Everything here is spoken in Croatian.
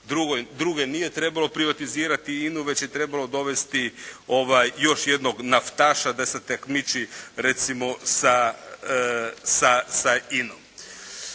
druge nije trebalo privatizirati INA-u već je trebalo dovesti još jednog naftaša da se takmiči recimo sa INA-om.